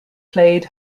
played